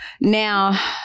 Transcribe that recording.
Now